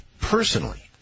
personally